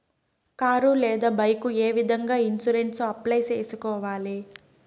car లేదా bike ఏ విధంగా ఇన్సూరెన్సు అప్లై సేసుకోవాలి